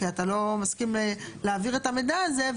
כי אתה לא מסכים להעביר את המידע הזה.